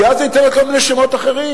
כי אז ניתן לה כל מיני שמות אחרים,